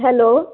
hello